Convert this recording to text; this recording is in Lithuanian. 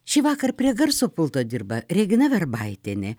šįvakar prie garso pulto dirba regina verbaitienė